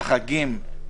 לחגים,